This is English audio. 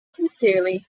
sincerely